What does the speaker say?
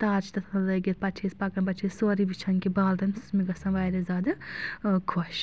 تار چھِ تَتھ لٲگِتھ پتہٕ چھِ أسۍ پَکَان پتہٕ چھِ أسۍ سورُے وٕچھان کہِ بالدَن سُہ مےٚ گژھَان واریاہ زیادٕ خۄش